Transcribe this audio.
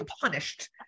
punished